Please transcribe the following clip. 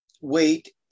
wait